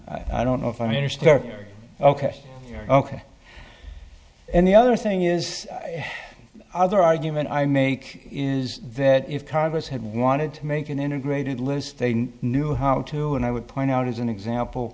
i don't know if i mean or start ok ok and the other thing is other argument i make is that if congress had wanted to make an integrated list they knew how to and i would point out as an example